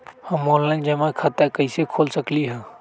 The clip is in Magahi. हम ऑनलाइन जमा खाता कईसे खोल सकली ह?